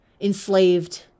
enslaved